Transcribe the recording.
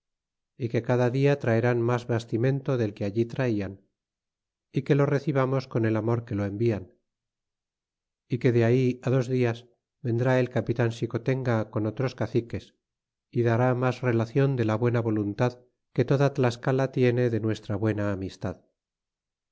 que cada dia traerán mas bastimento del que allí traian y que lo recibamos con el amor que lo envian y que de ahí dos dias vendrá el capitan xicotenga con otros caciques y dará mas relación de la buena voluntad que toda tlascala tiene de nuestra buena amistad